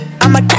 I'ma